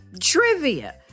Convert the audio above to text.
trivia